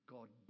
God